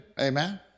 amen